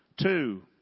Two